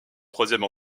troisième